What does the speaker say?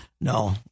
No